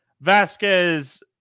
Vasquez